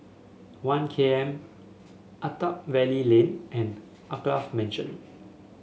One K M Attap Valley Lane and Alkaff Mansion